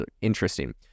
interesting